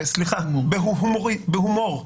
סליחה, בהומור.